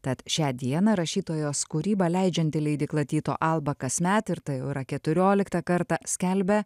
tad šią dieną rašytojos kūrybą leidžianti leidykla tyto alba kasmet ir tai jau yra keturioliktą kartą skelbia